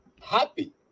Happy